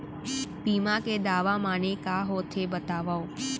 बीमा के दावा माने का होथे बतावव?